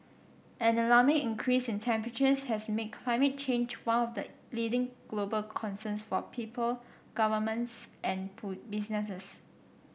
an alarming increase in temperatures has made climate change one of the leading global concerns for people governments and businesses